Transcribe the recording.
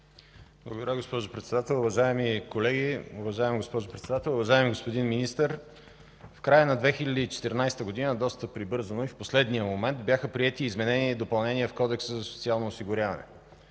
Благодаря, госпожо Председател. Уважаеми колеги, уважаема госпожо Председател, уважаеми господин Министър! В края на 2014 г. доста прибързано и в последния момент бяха приети изменения и допълнения в Кодекса за социално осигуряване.